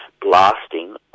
blasting